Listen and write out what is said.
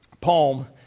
poem